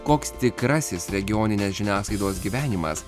koks tikrasis regioninės žiniasklaidos gyvenimas